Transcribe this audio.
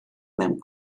mewn